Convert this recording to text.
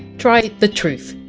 try the truth.